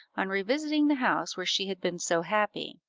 on revisiting the house where she had been so happy,